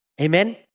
Amen